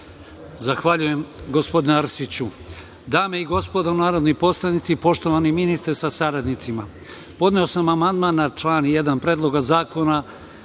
Zahvaljujem gospodine Arsiću. Dame i gospodo narodni poslanici, poštovani ministre sa saradnicima, podneo sam amandman na član 1. Predloga zakona